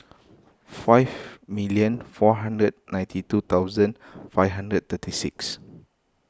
five million four hundred ninety two thousand five hundred thirty six